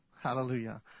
Hallelujah